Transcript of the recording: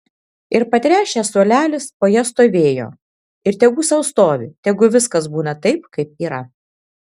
ir patręšęs suolelis po ja stovėjo ir tegu sau stovi tegu viskas būna taip kaip yra